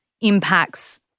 impacts